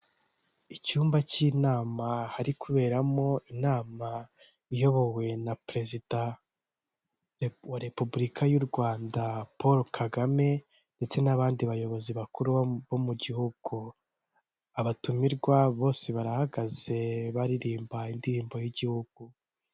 Icyumba cy'inama hari kuberamo inama iyobowe na perezida wa repubulika y'u rwanda paul kagame ndetse n'abandi bayobozi bakuru bo mu gihugu abatumirwa bose barahagaze baririmba indirimbo y'igihugu.